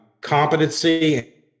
competency